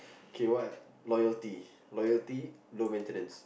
K what loyalty loyalty low maintenance